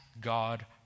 God